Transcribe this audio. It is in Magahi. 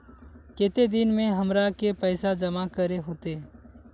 केते दिन में हमरा के पैसा जमा करे होते?